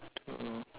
mm